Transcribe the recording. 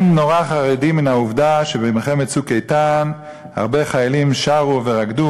הם נורא חרדים מן העובדה שבמלחמת "צוק איתן" הרבה חיילים שרו ורקדו